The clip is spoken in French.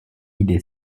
idée